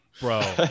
bro